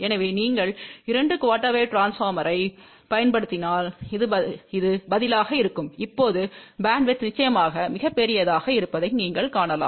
எனவே நீங்கள் இரண்டு குஆர்டெர் வேவ் ட்ரான்ஸ்போர்மர்யைப் பயன்படுத்தினால் இது பதிலாக இருக்கும் இப்போது பேண்ட்வித் நிச்சயமாக மிகப் பெரியதாக இருப்பதை நீங்கள் காணலாம்